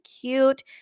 cute